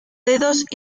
dedos